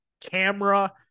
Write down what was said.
camera